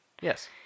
Yes